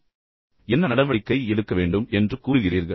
எனவே என்ன நடவடிக்கை எடுக்க வேண்டும் என்று நீங்கள் குறிப்பிடுகிறீர்கள்